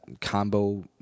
combo